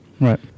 Right